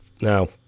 Now